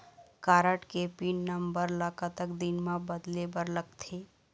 Card के pin number ला कतक दिन म बदले बर लगथे?